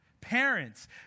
parents